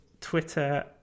twitter